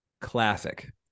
classic